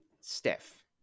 Steph